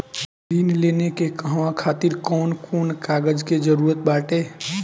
ऋण लेने के कहवा खातिर कौन कोन कागज के जररूत बाटे?